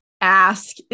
ask